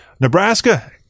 Nebraska